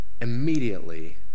immediately